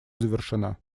завершена